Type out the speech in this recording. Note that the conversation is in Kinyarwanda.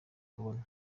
kubona